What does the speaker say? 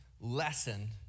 lesson